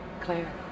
Claire